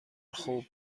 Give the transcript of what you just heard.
خوب